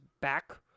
back